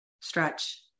stretch